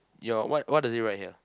your what what does it write here